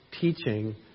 Teaching